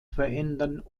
verändern